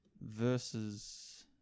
Versus